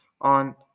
on